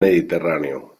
mediterráneo